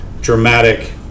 dramatic